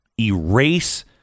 erase